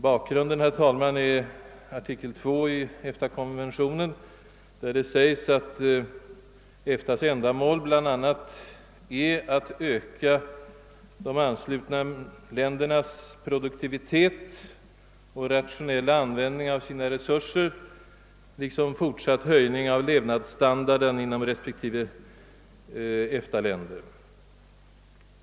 Bakgrunden till min fråga, herr talman, är artikel 2 i EFTA-konventionen, där det sägs att EFTA:s ändamål bl.a. är att öka de anslutna ländernas produktivitet och rationella användning av sina resurser, liksom att främja en fortsatt höjning av levnadsstandarden inom respektive länder.